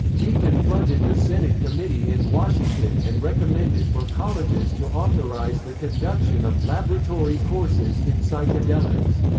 he confronted the senate committee in washington and recommended for colleges to authorize the conduction of laboratory courses in psychedelics.